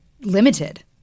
limited